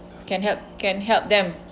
can help can help them